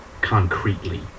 concretely